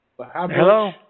Hello